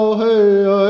hey